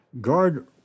guard